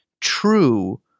True